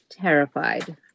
terrified